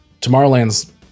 Tomorrowland's